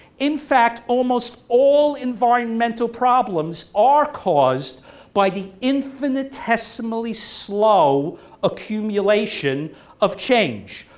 in fact, almost all environmental problems are caused by the infinitesimally slow accumulation of change.